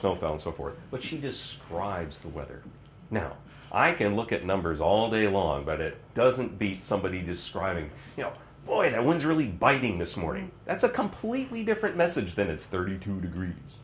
snow fell and so forth but she describes the weather now i can look at numbers all day long but it doesn't beat somebody describing you know boy that was really biting this morning that's a completely different message that it's thirty two degrees